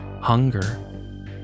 Hunger